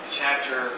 chapter